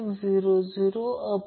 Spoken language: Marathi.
तर 2π f01√L C